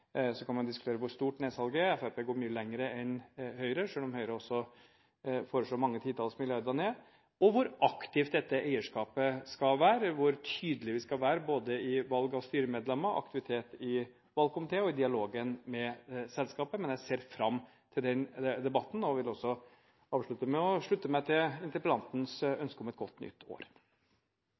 Så kan man diskutere hvor stort nedsalget er – Fremskrittspartiet går mye lenger enn Høyre, selv om også Høyre foreslo mange titalls milliarder ned – hvor aktivt dette eierskapet skal være, og hvor tydelige vi skal være i både valg av styremedlemmer, aktivitet i valgkomité og i dialogen med selskapet, men jeg ser fram til den debatten, og jeg vil avslutte med å slutte meg til interpellantens ønske om et godt nytt år.